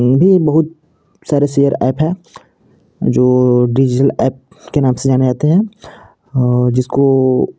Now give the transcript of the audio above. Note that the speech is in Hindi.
भी बहुत सारे शेयर एप है जो डीजिल एप के नाम से जाने जाते हैं और जिसको